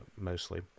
mostly